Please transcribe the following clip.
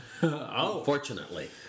Unfortunately